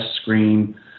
screen